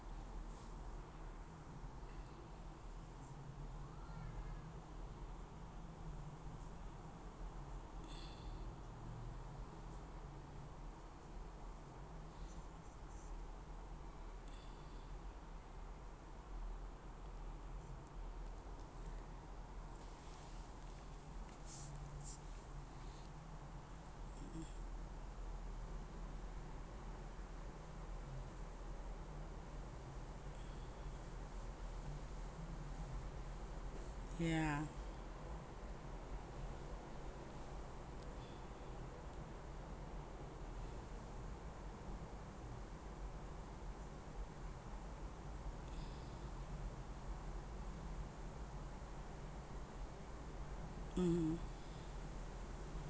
yeah mm